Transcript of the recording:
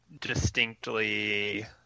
distinctly